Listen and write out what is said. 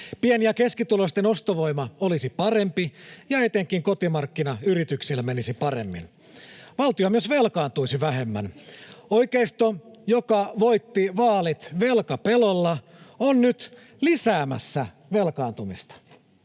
Pieni- ja keskituloisten ostovoima olisi parempi, ja etenkin kotimarkkinayrityksillä menisi paremmin. Valtio myös velkaantuisi vähemmän. Oikeisto, joka voitti vaalit velkapelolla, on nyt lisäämässä velkaantumista